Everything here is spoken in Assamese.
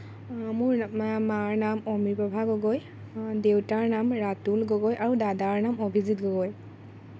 মোৰ মা মাৰ নাম অমিপ্ৰভা গগৈ দেউতাৰ নাম ৰাতুল গগৈ আৰু দাদাৰ নাম অভিজিত গগৈ